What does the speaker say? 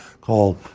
called